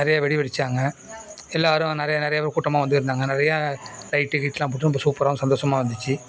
நிறையா வெடி வெடிச்சாங்க எல்லாரும் நிறைய நிறைய கூட்டமா வந்து இருந்தாங்கள் நிறையா லைட்டு கீட்லாம் போட்டு ரொம்ப சூப்பராகவும் சந்தோசமாகவும் இருந்துச்சு